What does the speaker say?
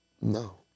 No